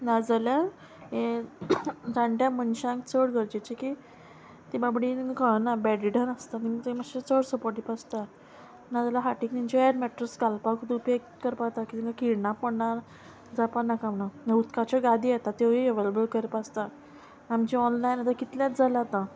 नाजाल्या हे जाणट्या मनशांक चड गरजेचें की ती बाबडी कळना बॅड रिडन आसता तेंग ते मातशे चड सपोर्टी आसता नाजाल्यार हाटीक तेंचे एड मॅट्रस घालपाकूच उपेग करपा जाता की तांकां खिणां पडना जावपा नाका म्हणून उदकाच्यो गादी येता त्योय अवेलेबल करपा आसता आमचे ऑनलायन आतां कितलेच जाला आतां